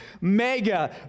mega